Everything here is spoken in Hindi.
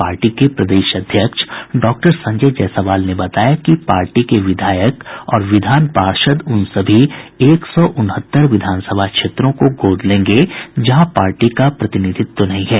पार्टी के प्रदेश अध्यक्ष डॉक्टर संजय जायसवाल ने बताया कि पार्टी के विधायक और विधान पार्षद उन सभी एक उनहत्तर विधानसभा क्षेत्रों को गोद लेंगे जहां पार्टी का प्रतिनिधित्व नहीं है